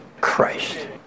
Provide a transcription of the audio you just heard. Christ